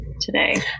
today